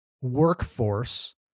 workforce